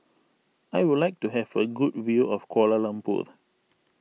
I would like to have a good view of Kuala Lumpur